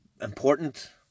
important